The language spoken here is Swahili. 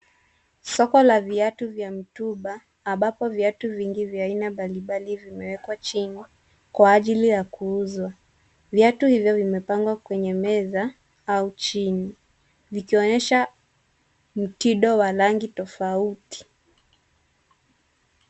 Soko la viatu vya mtumba, ambapo viatu vya aina mbali mbali vimewekwa chini, kwa ajili ya kuuzwa. Viatu hivyo vimepangwa kwenye meza au chini, vikionyesha mtindo wa rangi tofauti.